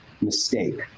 mistake